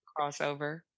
crossover